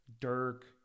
Dirk